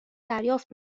دریافت